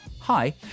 hi